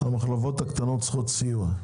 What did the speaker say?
המחלבות הקטנות צריכות סיוע?